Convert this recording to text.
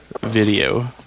video